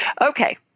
okay